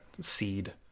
seed